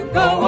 go